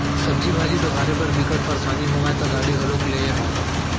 सब्जी भाजी डोहारे बर बिकट परसानी होवय त गाड़ी घलोक लेए हव